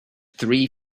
three